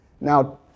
Now